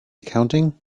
accounting